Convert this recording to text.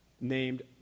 named